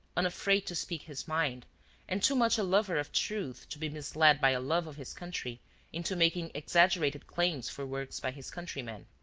unafraid to speak his mind and too much a lover of truth to be misled by a love of his country into making exaggerated claims for works by his countrymen.